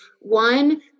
one